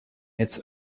its